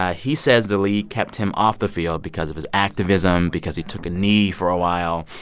ah he says the league kept him off the field because of his activism because he took a knee for a while.